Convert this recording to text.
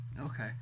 Okay